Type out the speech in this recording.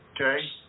Okay